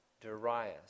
Darius